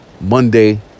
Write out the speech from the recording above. Monday